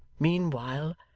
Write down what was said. meanwhile,